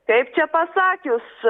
kaip čia pasakius